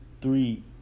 three